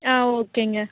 ஆ ஓகேங்க